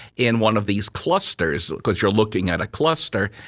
in one of these clusters, because you are looking at a cluster,